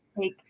take